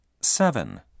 Seven